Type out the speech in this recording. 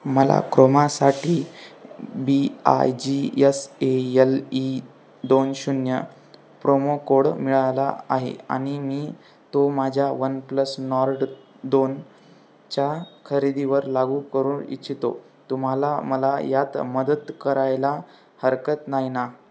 मला क्रोमासाठी B I G S A L E दोन शून्य प्रोमो कोड मिळाला आहे आणि मी तो माझ्या वनप्लस नॉर्ड दोनच्या खरेदीवर लागू करून इच्छितो तुम्हाला मला यात मदत करायला हरकत नाही ना